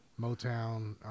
Motown